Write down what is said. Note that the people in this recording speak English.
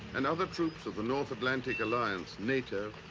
and other troops of the north atlantic alliance, nato,